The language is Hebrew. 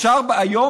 אפשר היום,